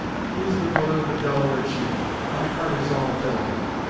he is the brother of a delaware chief my heart is all delaware.